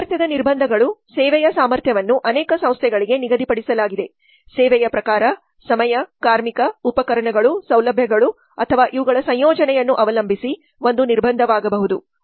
ಸಾಮರ್ಥ್ಯದ ನಿರ್ಬಂಧಗಳು ಸೇವೆಯ ಸಾಮರ್ಥ್ಯವನ್ನು ಅನೇಕ ಸಂಸ್ಥೆಗಳಿಗೆ ನಿಗದಿಪಡಿಸಲಾಗಿದೆ ಸೇವೆಯ ಪ್ರಕಾರ ಸಮಯ ಕಾರ್ಮಿಕ ಉಪಕರಣಗಳು ಸೌಲಭ್ಯಗಳು ಅಥವಾ ಇವುಗಳ ಸಂಯೋಜನೆಯನ್ನು ಅವಲಂಬಿಸಿ ಒಂದು ನಿರ್ಬಂಧವಾಗಬಹುದು